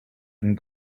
and